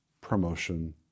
promotion